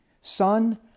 son